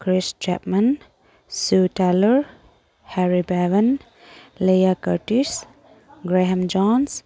ꯀ꯭ꯔꯤꯁ Chapman Sue Taylor Harry ꯄꯦꯕꯟ Leah Curtis Graham John's